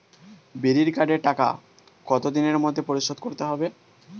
বিড়ির কার্ডের টাকা কত দিনের মধ্যে পরিশোধ করতে হবে?